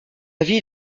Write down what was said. vie